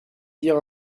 dire